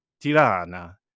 Tirana